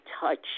touch